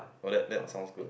oh that that sounds good